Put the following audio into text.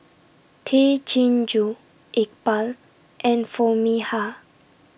Tay Chin Joo Iqbal and Foo Mee Har